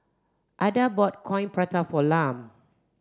Adda bought coin prata for Lum